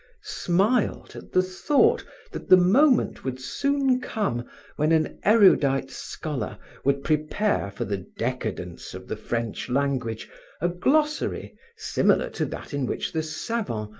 smiled at the thought that the moment would soon come when an erudite scholar would prepare for the decadence of the french language a glossary similar to that in which the savant,